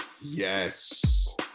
Yes